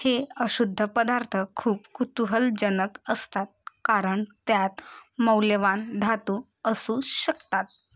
हे अशुद्ध पदार्थ खूप कुतुहलजनक असतात कारण त्यात मौल्यवान धातू असू शकतात